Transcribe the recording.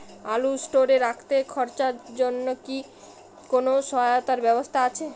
আলু স্টোরে রাখতে খরচার জন্যকি কোন সহায়তার ব্যবস্থা আছে?